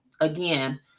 again